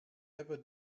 ever